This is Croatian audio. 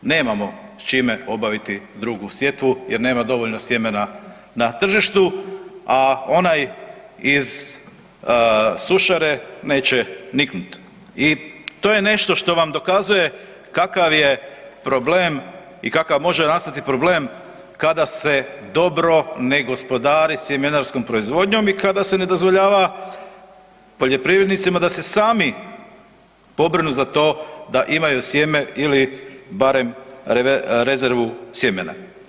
Nemamo s čime obaviti drugu sjetvu jer nema dovoljno sjemena na tržištu, a onaj iz sušare neće niknut i to je nešto što vam dokazuje kakav je problem i kakav može nastati problem kada se dobro ne gospodari sjemenarskom proizvodnjom i kada se ne dozvoljava poljoprivrednicima da se sami pobrinu za to da imaju sjeme ili barem rezervu sjemena.